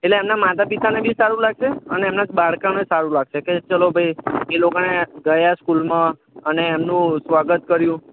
એટલે એમનાં માતા પિતાને બી સારું લાગશે અને એમનાં બાળકોને સારું લાગશે કે ચલો ભાઈ એ લોકાને ગયા સ્કૂલમાં અને એમનું સ્વાગત કર્યું